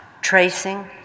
tracing